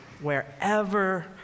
wherever